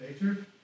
nature